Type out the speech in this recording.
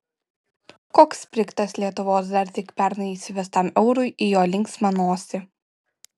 koks sprigtas lietuvos dar tik pernai įsivestam eurui į jo linksmą nosį